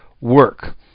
work